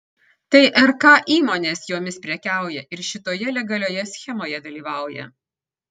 tai rk įmonės jomis prekiauja ir šitoje legalioje schemoje dalyvauja